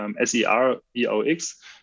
S-E-R-E-O-X